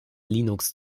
linux